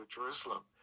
Jerusalem